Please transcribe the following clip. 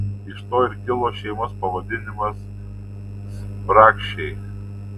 iš to ir kilo šeimos pavadinimas spragšiai